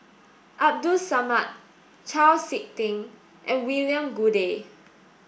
Abdul Samad Chau Sik Ting and William Goode